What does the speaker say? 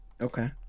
okay